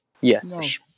Yes